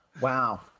wow